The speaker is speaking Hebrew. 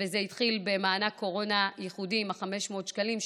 זה התחיל במענק קורונה ייחודי עם 500 השקלים,